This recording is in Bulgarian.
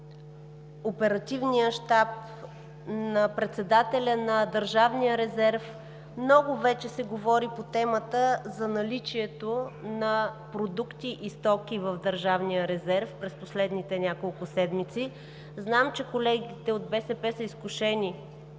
Оперативния щаб, на председателя на Държавния резерв. Много се говори по темата за наличието на продукти и стоки в Държавния резерв през последните няколко седмици. Знам, че колегите от БСП са изкушени